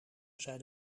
zei